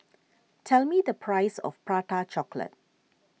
tell me the price of Prata Chocolate